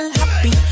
happy